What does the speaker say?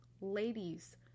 ladies